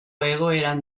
egoeran